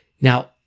Now